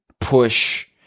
push